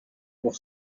pour